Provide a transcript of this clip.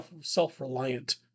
self-reliant